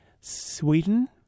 Sweden